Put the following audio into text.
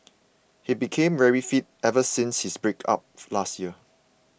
he became very fit ever since his breakup last year